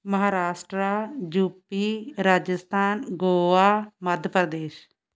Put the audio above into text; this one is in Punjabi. ਮਹਾਰਾਸ਼ਟਰਾ ਯੂਪੀ ਰਾਜਸਥਾਨ ਗੋਆ ਮੱਧ ਪ੍ਰਦੇਸ਼